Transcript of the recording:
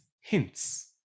hints